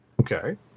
Okay